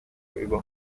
über